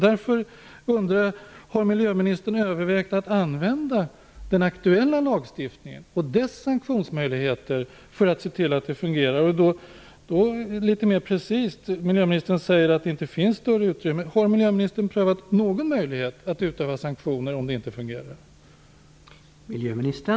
Därför undrar jag om miljöministern har övervägt att använda den aktuella lagstiftningen och dess sanktionsmöjligheter för att se till att det fungerar. Miljöministern säger att det inte finns något större utrymme. Har miljöministern prövat någon möjlighet att utöva sanktioner om det inte fungerar?